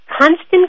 constant